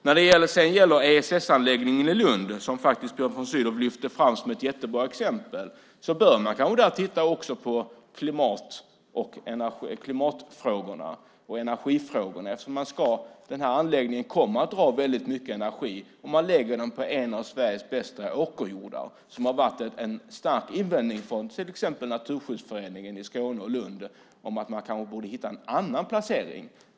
När det sedan gäller ESS-anläggningen i Lund, som Björn von Sydow lyfter fram som ett jättebra exempel, bör man kanske också titta på klimatfrågorna och energifrågorna eftersom anläggningen kommer att dra väldigt mycket energi. Dessutom läggs den på en av Sveriges bästa åkerjordar. Det har varit en stark invändning till exempel från Naturskyddsföreningen i Skåne, i Lund, om att man kanske borde hitta en annan placering.